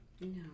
No